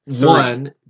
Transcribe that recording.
one